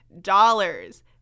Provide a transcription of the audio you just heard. dollars